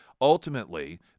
Ultimately